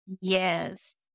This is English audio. Yes